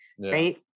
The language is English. right